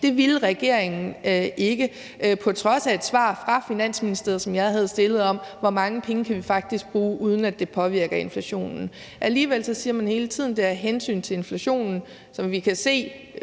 Det ville regeringen ikke på trods af et svar fra Finansministeriet på et spørgsmål, som jeg havde stillet, om, hvor mange penge vi faktisk kan bruge, uden at det påvirker inflationen. Alligevel siger man hele tiden, at det er af hensyn til inflationen. Som vi kan se